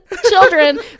children